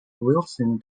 wilson